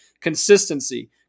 Consistency